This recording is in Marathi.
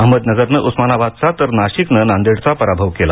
अहमदनगरनं उस्मानाबादचा तर नाशिकनं नांदेडचा पराभव केला